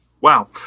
Wow